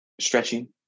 stretching